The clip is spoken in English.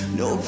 no